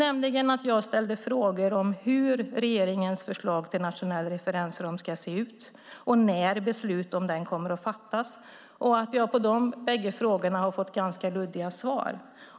Jag ställde nämligen frågor om hur regeringens förslag till nationell referensram ska se ut och när beslut om den kommer att fattas. På dessa båda frågor har jag fått ganska luddiga svar.